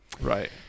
right